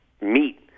meet